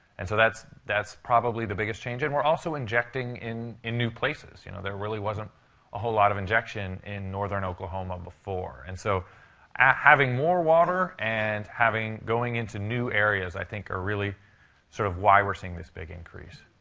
and so that's that's probably the biggest change. and we're also injecting in in new places. you know, there really wasn't a whole lot of injection in northern oklahoma before. and so having more water and having going into new areas, i think, are really sort of why we're seeing this big increase.